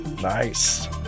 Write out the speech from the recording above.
Nice